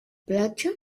platja